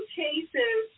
cases